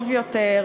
טוב יותר,